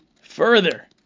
further